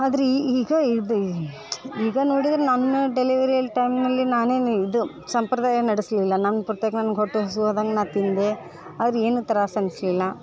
ಆದ್ರೆ ಈಗ ಇದು ಈಗ ನೋಡಿದ್ರೆ ನನ್ನ ಡೆಲಿವರಿಯಲ್ಲಿ ಟೈಮ್ನಲ್ಲಿ ನಾನೇನು ಇದು ಸಂಪ್ರದಾಯ ನಡೆಸ್ಲಿಲ್ಲ ನನ್ನ ಪ್ರತ್ಯಕ್ ನನ್ಗೆ ಹೊಟ್ಟೆ ಹಸಿವಾದಂಗೆ ನಾ ತಿಂದೆ ಆದ್ರೆ ಏನೂ ತ್ರಾಸು ಅನಿಸ್ಲಿಲ್ಲ